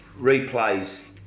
replays